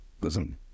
listen